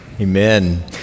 Amen